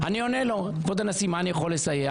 אני עונה לו: כבוד הנשיא, מה אני יכול לסייע?